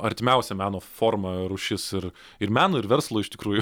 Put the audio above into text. artimiausia meno forma rūšis ir ir meno ir verslo iš tikrųjų